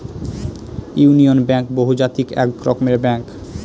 union bank বহুজাতিক এক রকমের ব্যাঙ্ক